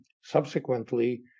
subsequently